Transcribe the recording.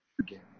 again